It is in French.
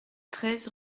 treize